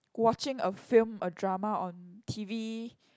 watching a film a drama on T_V